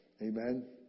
Amen